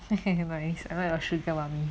I your sugar mummy